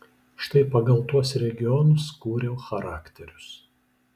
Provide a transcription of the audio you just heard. štai pagal tuos regionus kūriau charakterius